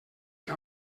que